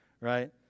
right